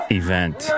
event